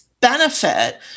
benefit